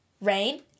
rain